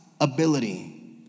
ability